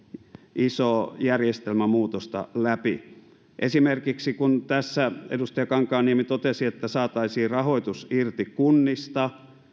isoa järjestelmämuutosta läpi esimerkiksi kun tässä edustaja kankaanniemi totesi että saataisiin rahoitus irti kunnista